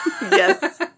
yes